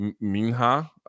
Minha